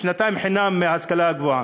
שנתיים חינם בהשכלה הגבוהה,